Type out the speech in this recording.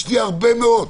יש לי הרבה מאוד.